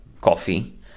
coffee